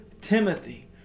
timothy